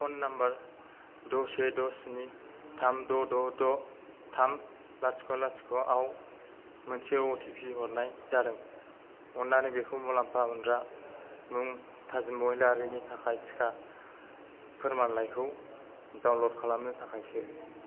phone number द' से द' स्नि थाम द' द' द' थाम लाथिख' लाथिख' आव मोनसे अटिपि हरनाय जादों अन्नानै बेखौ मुलाम्फा मोनग्रा मुं थाजिम महिलारिनि थाखाय टिका फोरमानलाइखौ डाउनलड खालामनो थाखाय सो